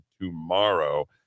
tomorrow